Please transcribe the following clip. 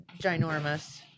ginormous